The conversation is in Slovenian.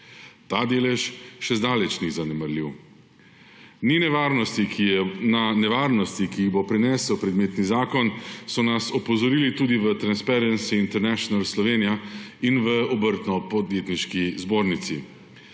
Ta delež še zdaleč ni zanemarljiv. Na nevarnosti, ki jih bo prinesel predmetni zakon, so nas opozorili tudi v Transparency International Slovenia in v Obrtno-podjetniški zbornici.